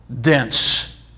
dense